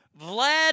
Vlad